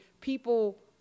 people